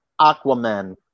Aquaman